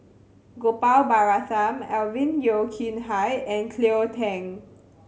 Gopal Baratham Alvin Yeo Khirn Hai and Cleo Thang